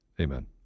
Amen